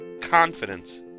Confidence